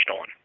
on